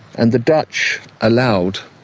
and the dutch allowed